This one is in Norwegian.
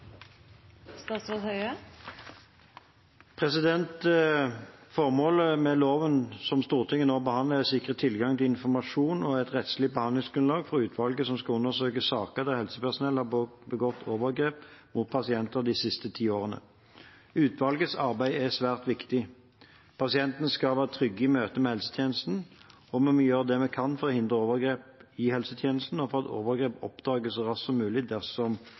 å sikre tilgang til informasjon og et rettslig behandlingsgrunnlag for utvalget som skal undersøke saker der helsepersonell har begått overgrep mot pasienter de siste ti årene. Utvalgets arbeid er svært viktig. Pasientene skal være trygge i møte med helsetjenesten, og vi må gjøre det vi kan for å hindre overgrep i helsetjenesten og for at overgrep oppdages så raskt som mulig dersom